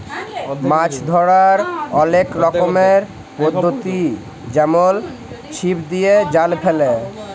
মাছ ধ্যরার অলেক রকমের পদ্ধতি যেমল ছিপ দিয়ে, জাল ফেলে